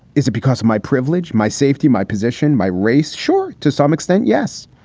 is it because my privilege, my safety, my position, my race? sure. to some extent, yes.